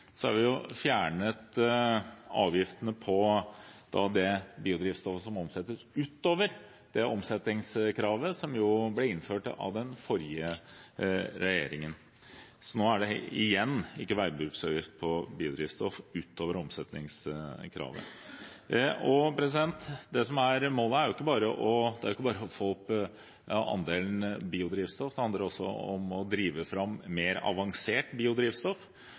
har vi fjernet avgiftene på det biodrivstoffet som omsettes utover omsetningskravet, som jo ble innført av den forrige regjeringen. Nå er det igjen ingen veibruksavgift på biodrivstoff utover omsetningskravet. Det som er målet, er jo ikke bare å få opp andelen biodrivstoff, det handler også om å drive fram mer avansert biodrivstoff. Jeg er også veldig fornøyd med at i år er første året da vi innenfor omsetningskravet har et eget mål om avansert biodrivstoff.